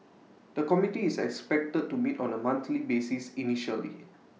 the committee is expected to meet on A monthly basis initially